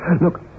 Look